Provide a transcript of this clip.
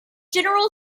general